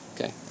Okay